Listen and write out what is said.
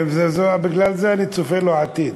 בגלל זה אני צופה לו עתיד.